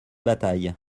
bataille